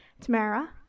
Tamara